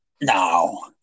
No